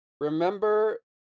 remember